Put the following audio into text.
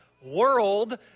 World